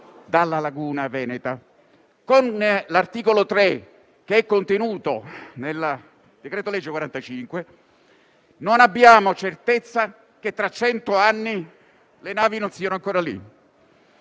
dalla laguna veneta. Con l'articolo 3, che è contenuto nel decreto-legge n. 45, non abbiamo certezza che tra cento anni le navi non siano ancora lì.